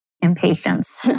impatience